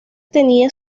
tenía